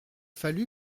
fallu